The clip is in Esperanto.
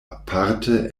aparte